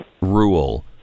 rule